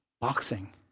boxing